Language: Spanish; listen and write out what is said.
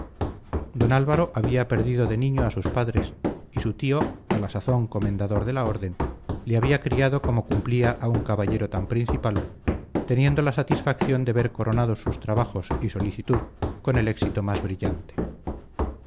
don álvaro había perdido de niño a sus padres y su tío a la sazón comendador de la orden le había criado como cumplía a un caballero tan principal teniendo la satisfacción de ver coronados sus trabajos y solicitud con el éxito más brillante